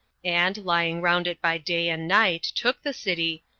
and, lying round it by day and night, took the city,